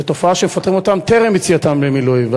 איזו תופעה שמפטרים אותם טרם יציאתם למילואים.